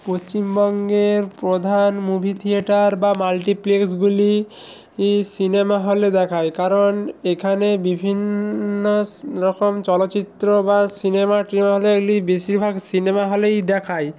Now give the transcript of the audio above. পশ্চিমবঙ্গের প্রধান movie theatre বা মাল্টিপ্লেক্সগুলি ই সিনেমা হলে দেখায় কারণ এখানে বিভিন্নস রকম চলচিত্র বা সিনেমা টিনেমা হলেগুলি বেশিরভাগ সিনেমা হলেই দেখায়